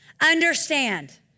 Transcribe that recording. understand